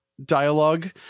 dialogue